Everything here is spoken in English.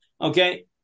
Okay